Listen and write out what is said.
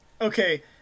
Okay